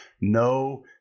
No